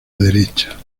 derecha